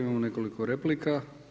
Imamo nekoliko replika.